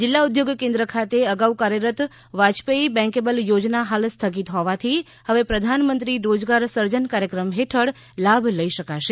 જિલ્લા ઉધોગ કેન્દ્ર ખાતે અગાઉ કાર્યરત વાજપેયી બેન્કેબલ યોજના હાલ સ્થગિત હોવાથી હવે પ્રધાનમંત્રી રોજગાર સર્જન કાર્યક્રમ હેઠળ લાભ લઈ શકાશે